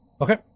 okay